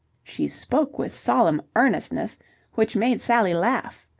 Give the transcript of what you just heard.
she spoke with solemn earnestness which made sally laugh.